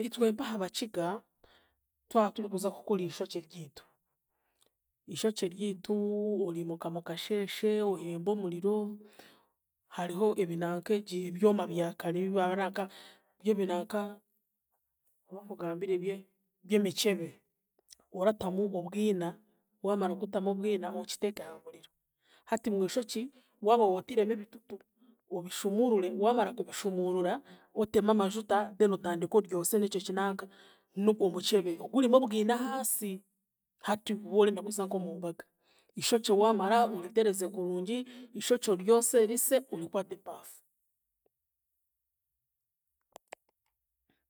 Itwe mpaha Abakiga twaturikuza kukora ishokye ryitu, ishokye ryitu, oriimuka mukasheeshe, ohembe omuriro, hariho ebinankeegi ebyoma byakare ebibabaranka by'ebinanka oba nkugambire by'emichebe, oratamu obwina, waamara kutamu obwina okiteeke aha muriro. Hati omwishokye waaba wootiiremu ebitutu, obishumuurure waamara kubishumuurura, otemu amajuta then otandike odyose n'ekyo kinanka nogwo mukyebe ogurimu obwina ahaasi, hati woorenda kuza nk'omu mbaga, ishokye waamara oritereeze kurungi, ishokye oryose rise, orikwate paafu.